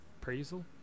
appraisal